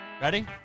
Ready